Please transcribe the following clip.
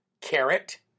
Carrot